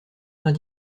vingt